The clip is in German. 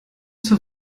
zur